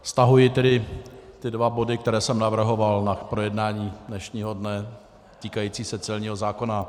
Stahuji tedy ty dva body, které jsem navrhoval k projednání dnešního dne, týkající se celního zákona.